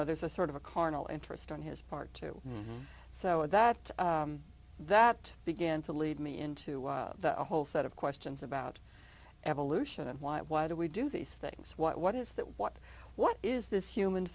know there's a sort of a carnal interest on his part too so that that began to lead me into a the whole set of questions about evolution and why why do we do these things what is that what what is this human